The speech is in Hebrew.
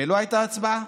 ולא הייתה הצבעה,